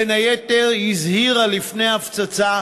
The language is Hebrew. בין היתר הזהירה לפני הפצצה,